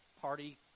party